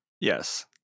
Yes